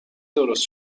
درست